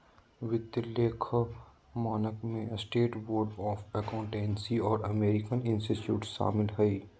वित्तीय लेखा मानक में स्टेट बोर्ड ऑफ अकाउंटेंसी और अमेरिकन इंस्टीट्यूट शामिल हइ